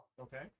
Okay